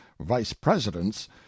vice-presidents